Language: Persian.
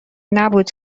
نبود